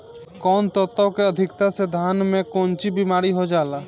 कौन तत्व के अधिकता से धान में कोनची बीमारी हो जाला?